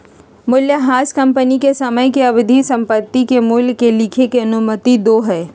मूल्यह्रास कंपनी के समय के अवधि में संपत्ति के मूल्य के लिखे के अनुमति दो हइ